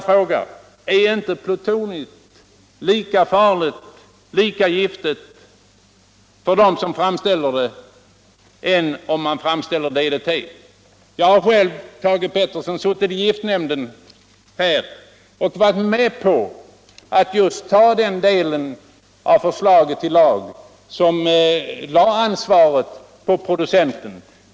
Är det inte lika farligt för dem som arbetar med det, om man framställer plutonium som om man framställer exempelvis DDT? Jag har själv, Thage Peterson, suttit i giftnämnden och varit med om att behandla just den del av förslaget till lag som lade ansvaret på producenten.